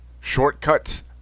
Shortcuts